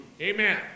Amen